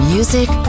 Music